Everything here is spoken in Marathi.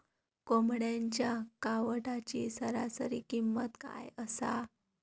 कोंबड्यांच्या कावटाची सरासरी किंमत काय असा?